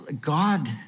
God